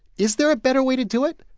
is there a better way to do it?